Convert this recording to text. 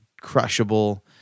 crushable